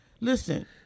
Listen